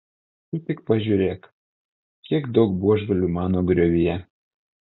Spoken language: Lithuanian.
tu tik pažiūrėk kiek daug buožgalvių mano griovyje